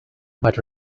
but